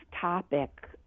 topic